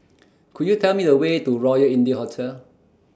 Could YOU Tell Me The Way to Royal India Hotel